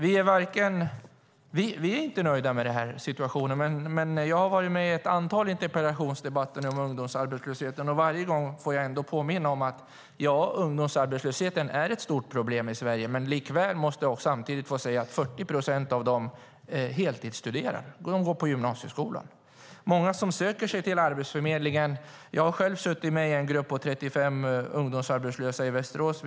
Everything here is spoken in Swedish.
Fru talman! Vi är inte nöjda med den nuvarande situationen. Jag har deltagit i ett antal interpellationsdebatter om ungdomsarbetslösheten, och varje gång får jag påminna om att ungdomsarbetslösheten är ett stort problem i Sverige. Likväl måste jag samtidigt få säga att 40 procent av ungdomarna heltidsstuderar. De går i gymnasieskolan. Jag satt för ett tag sedan med i en grupp med 35 arbetslösa ungdomar i Västerås.